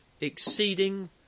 exceeding